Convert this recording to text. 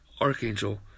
archangel